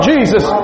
Jesus